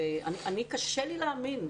קשה לי להאמין,